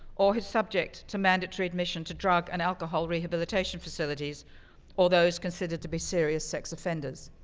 or is subject to mandatory admission to drug and alcohol rehabilitation facilities or those considered to be serious sex offenders.